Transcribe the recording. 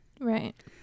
Right